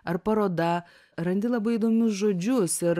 ar paroda randi labai įdomius žodžius ir